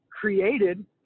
created